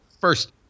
First